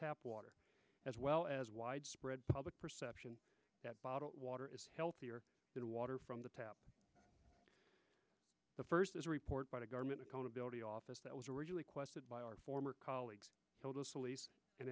tap water as well as widespread public perception that bottled water is healthier than water from the tap the first is a report by the government accountability office that was originally questioned by our former colleagues